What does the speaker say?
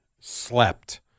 slept